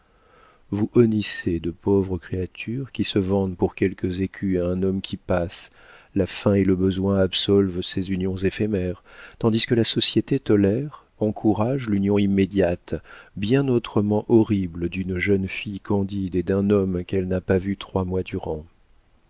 vous honnissez de pauvres créatures qui se vendent pour quelques écus à un homme qui passe la faim et le besoin absolvent ces unions éphémères tandis que la société tolère encourage l'union immédiate bien autrement horrible d'une jeune fille candide et d'un homme qu'elle n'a pas vu trois mois durant